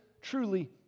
truly